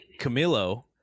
Camilo